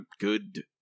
good